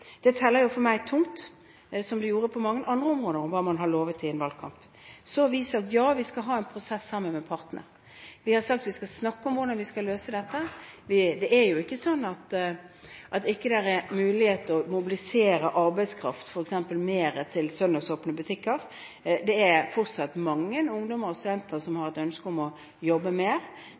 Det teller for meg tungt – som det gjør på mange andre områder – hva man har lovet i en valgkamp. Så har vi sagt at vi skal ha en prosess sammen med partene. Vi har sagt at vi skal snakke om hvordan vi skal løse dette. Det er jo ikke slik at det ikke er mulig å mobilisere mer arbeidskraft til f.eks. søndagsåpne butikker. Det er fortsatt mange studenter og andre ungdommer som har et ønske om å jobbe mer.